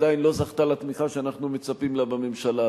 עדיין לא זכתה לתמיכה שאנחנו מצפים לה בממשלה.